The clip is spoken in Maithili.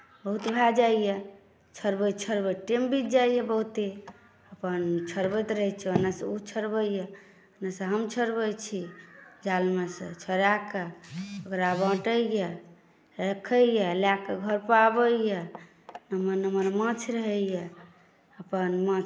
बहुत भए जाइए छोड़बैत छोड़बैत टेम बीत जाइए बहुते अपन छोड़बैत रहैत छी ओन्नसँ ओ छोड़बैए एन्नसँ हम छोड़बैत छी जालमेसँ छोड़ा कऽ ओकरा बाँटैए राखैए लए कऽ घरपर आबैए निमन निमन माछ रहैए अपन माछ